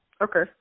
Okay